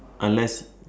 unless